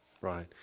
right